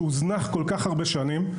שהוזנח כל כך הרבה שנים.